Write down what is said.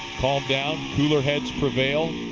calm down, cooler heads prevail.